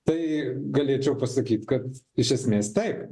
tai galėčiau pasakyt kad iš esmės taip